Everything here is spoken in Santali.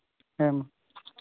ᱦᱮᱸᱢᱟ